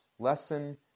lesson